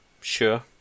Sure